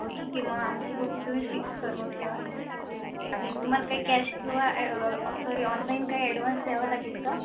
हो ठीक आहे मग आमची बुकिंग तुम्ही फिक्स करून ठेवा आणि तुम्हाला काही कॅश किंवा सॉरी ऑनलाईन काही ॲडव्हान्स द्यावं लागेल का